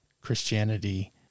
Christianity